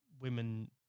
women